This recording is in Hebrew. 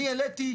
אני העליתי,